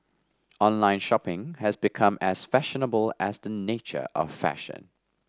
online shopping has become as fashionable as the nature of fashion